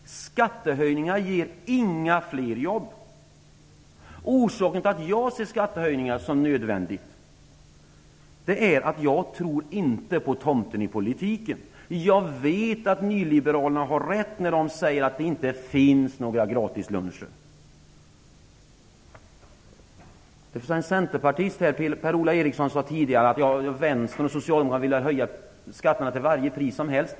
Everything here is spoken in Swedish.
Skattehöjningar ger inga fler jobb. Orsaken till att jag ser skattehöjningar som nödvändigt är att jag inte tror på tomten i politiken. Jag vet att nyliberalerna har rätt när de säger att det inte finns några gratisluncher. En centerpartist - Per-Ola Eriksson - sade tidigare att vänstern och Socialdemokraterna vill höja skatterna till varje pris.